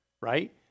right